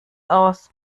aus